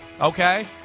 okay